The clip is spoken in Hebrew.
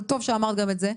אבל טוב שאמרת גם את זה.